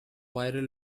viral